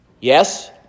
Yes